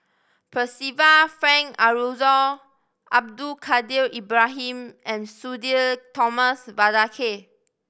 Percival Frank Aroozoo Abdul Kadir Ibrahim and Sudhir Thomas Vadaketh